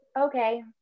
okay